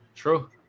True